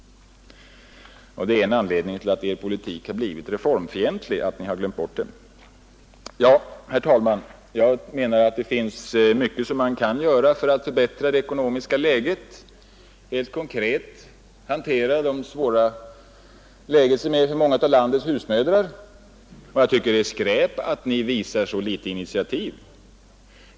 Det är en anledning till att er politik har blivit reformfientlig. Herr talman! Det finns mycket man kan göra för att förbättra det ekonomiska läget. Man kan helt konkret hantera det svåra läge som råder för många av landets husmödrar, och jag tycker att det är skräp att ni visar så litet av initiativ.